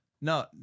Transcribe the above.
No